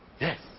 Yes